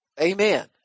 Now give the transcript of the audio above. amen